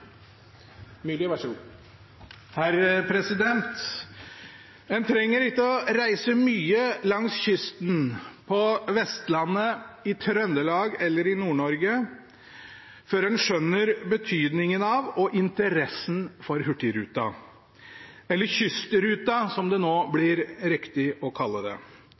En trenger ikke reise mye langs kysten på Vestlandet, i Trøndelag eller i Nord-Norge før en skjønner betydningen av og interessen for hurtigruta, eller kystruta, som det nå blir riktig å kalle